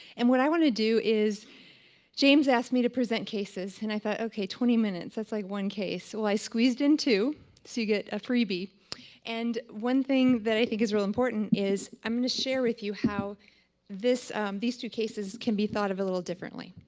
and what i want to do, is james asked me to present cases and i thought, okay, twenty minutes, that's like one case. so, i squeezed in two so you get a freebie and one thing that i think is real important is i'm going to share with you how these two cases can be thought of a little differently.